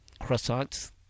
croissants